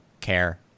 care